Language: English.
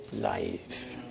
life